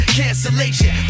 cancellation